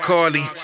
Carly